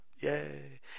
Yay